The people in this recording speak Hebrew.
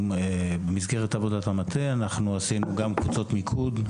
במסגרת עבודת המטה עשינו גם קבוצות מיקוד.